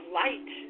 light